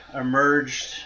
emerged